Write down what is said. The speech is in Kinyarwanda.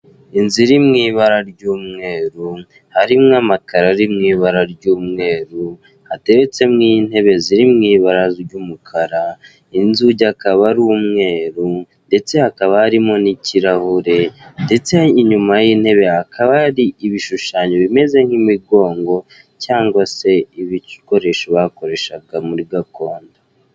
inzu iri mw'ibara ry'umweru, harimwo amakaro ari mw'ibara ry'umweru, hateretsemwo intebe ziri mw'ibara ry'umukara, inzugi akaba ari umweru ndetse hakaba harimo n'ikirahure ndetse inyuma y'intebe hakaba hari ibishushanyo bimeze nk'imigogongo cyangwa se ibikoresho bakoreshaga muri gakondo.